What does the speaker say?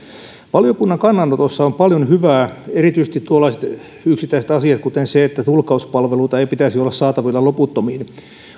valiokunnan kannanotossa on paljon hyvää erityisesti tuollaiset yksittäiset asiat kuten se että tulkkauspalveluita ei pitäisi olla saatavilla loputtomiin